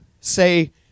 Say